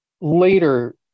later